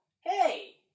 hey